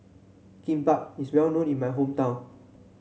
kimbap is well known in my hometown